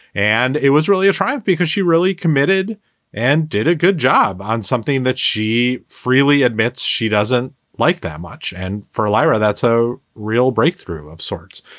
and it was really a triumph because she really committed and did a good job on something that she freely admits. she doesn't like that much. and for lyra, that's a real breakthrough of sorts.